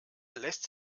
lässt